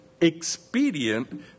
expedient